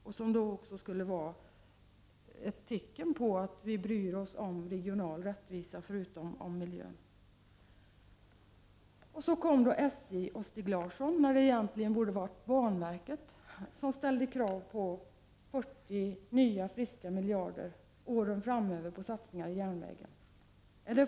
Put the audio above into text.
Det skulle också vara ett tecken på att vi, förutom miljön, bryr oss om regional rättvisa. Så kom då SJ och Stig Larsson, när det egentligen borde ha varit banverket, och ställde krav på 40 nya, friska miljarder under åren framöver för satsningar på järnvägen.